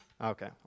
Okay